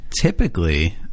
typically